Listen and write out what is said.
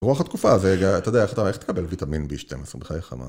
ברוח התקופה, זה, אתה יודע איך תקבל ויטמין בי-12 בחייך, מה.